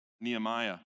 Nehemiah